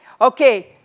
Okay